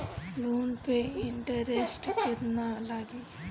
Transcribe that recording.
Loan पे interest केतना लागी?